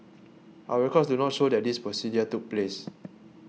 our records do not show that this procedure took place